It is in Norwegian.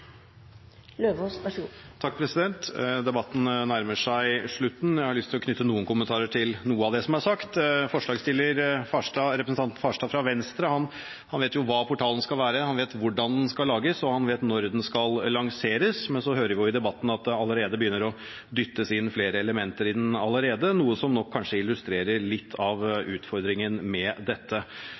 Debatten nærmer seg slutten, og jeg har lyst til å knytte noen kommentarer til noe av det som er sagt. Forslagsstilleren, representanten Farstad fra Venstre, vet jo hva portalen skal være, han vet hvordan den skal lages, og han vet når den skal lanseres, men så hører vi i debatten at man allerede begynner å dytte inn flere elementer i den – noe som kanskje illustrerer litt av utfordringen med dette.